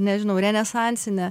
nežinau renesansinė